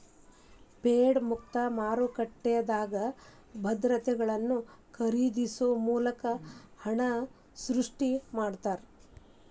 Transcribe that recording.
Fed ಮುಕ್ತ ಮಾರುಕಟ್ಟೆದಾಗ ಭದ್ರತೆಗಳನ್ನ ಖರೇದಿಸೊ ಮೂಲಕ ಹಣನ ಸೃಷ್ಟಿ ಮಾಡ್ತಾರಾ